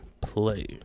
play